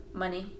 money